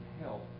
help